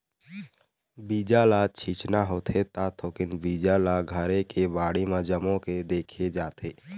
बीजा ल छिचना होथे त थोकिन बीजा ल घरे के बाड़ी म जमो के देखे जाथे